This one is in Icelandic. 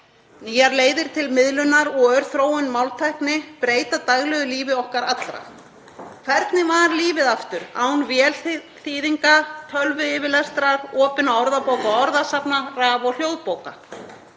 Nýjar leiðir til miðlunar og ör þróun máltækni breyta daglegu lífi okkar allra. Hvernig var lífið aftur án vélþýðinga, tölvuyfirlestrar, opinna orðabóka og orðasafna, raf- og hljóðbóka?